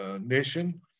nation